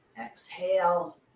Exhale